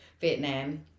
Vietnam